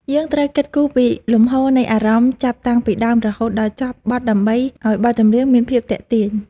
យើងត្រូវគិតគូរពីលំហូរនៃអារម្មណ៍ចាប់តាំងពីដើមរហូតដល់ចប់បទដើម្បីឱ្យបទចម្រៀងមានភាពទាក់ទាញ។